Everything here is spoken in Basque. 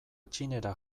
txinera